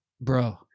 Bro